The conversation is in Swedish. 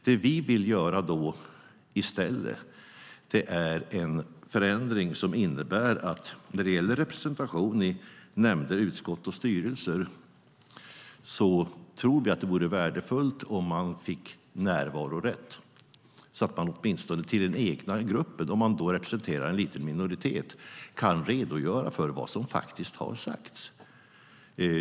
Det vi vill göra i stället är en förändring som gäller representation i nämnder, utskott och styrelser. Vi tror att det vore värdefullt om man fick närvarorätt även om man representerar en liten minoritet, så att man åtminstone till den egna partigruppen kan redogöra för vad som faktiskt har sagts.